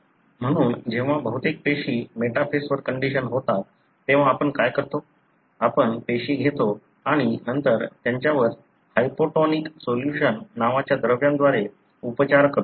म्हणून जेव्हा बहुतेक पेशी मेटाफेसवर कंडिशन होतात तेव्हा आपण काय करतो आपण पेशी घेतो आणि नंतर त्यांच्यावर हायपोटोनिक सोल्यूशन नावाच्या द्रावणाद्वारे उपचार करतो